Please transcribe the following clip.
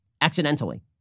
accidentally